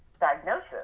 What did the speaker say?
diagnosis